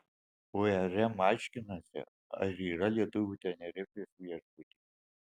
urm aiškinasi ar yra lietuvių tenerifės viešbutyje